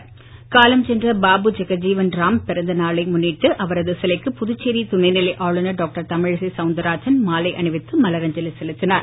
ஜெகஜீவன்ராம்பிறந்தநாள் காலஞ்சென்ற பாபு ஜெகஜீவன் ராமின் பிறந்த நாளை முன்னிட்டு அவரது சிலைக்கு புதுச்சேரி துணைநிலை ஆளுநர் டாக்டர் தமிழிசை சவுந்தரராஜன் மாலை அணிவித்து மலரஞ்சலி செலுத்தினார்